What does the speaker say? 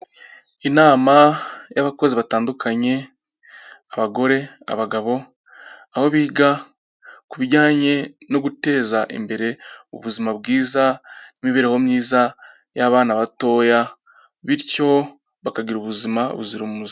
Inama y'abakozi batandukanye abagore, abagabo, aho biga ku bijyanye no guteza imbere ubuzima bwiza n'imibereho myiza y'abana batoya, bityo bakagira ubuzima buzira umuze.